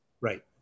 Right